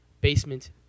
Basement